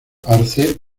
arce